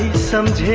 someday!